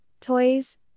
toys